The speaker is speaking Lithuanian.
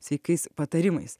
sveikais patarimais